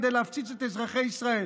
כדי להפציץ את אזרחי ישראל,